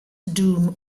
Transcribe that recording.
doom